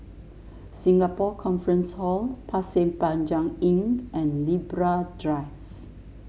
Singapore Conference Hall Pasir Panjang Inn and Libra Drive